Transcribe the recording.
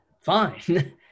fine